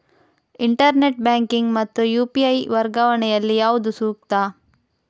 Internet banking ಮತ್ತು UPI ವರ್ಗಾವಣೆ ಯಲ್ಲಿ ಯಾವುದು ಸೂಕ್ತ?